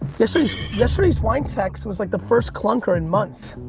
this is, yesterday's winetext was like the first clunker in months.